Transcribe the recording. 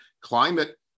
Climate